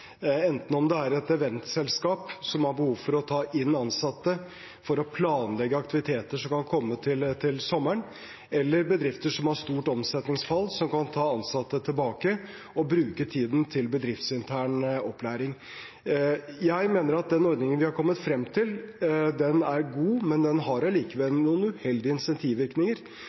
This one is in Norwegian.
enten det er et eventselskap som har behov for å ta inn ansatte for å planlegge aktiviteter som kan komme til sommeren, eller det er bedrifter som har stort omsetningsfall, og som kan ta ansatte tilbake og bruke tiden til bedriftsintern opplæring. Jeg mener at den ordningen vi har kommet frem til, er god, men den har allikevel noen uheldig insentivvirkninger.